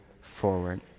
forward